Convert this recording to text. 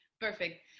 Perfect